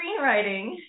screenwriting